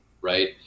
right